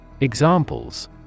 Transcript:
Examples